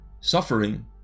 suffering